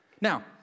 Now